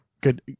good